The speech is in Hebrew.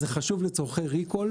זה חשוב לצורכי ריקול,